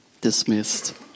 dismissed